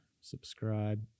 subscribe